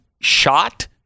shot